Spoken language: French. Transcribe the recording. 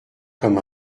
comme